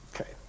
okay